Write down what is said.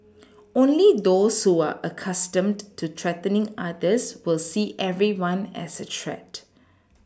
only those who are accustomed to threatening others will see everyone as a threat